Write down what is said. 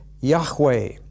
Yahweh